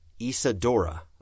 Isadora